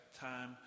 time